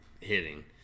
hitting